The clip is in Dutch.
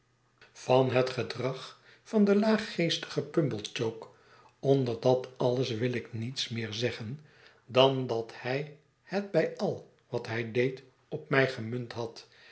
van het gedrag van den laaggeestigen pumblechook onder dat alles wil ik niets meer zeggen dan dat hi het bij al wat hij deed op mij gemunt had